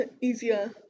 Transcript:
easier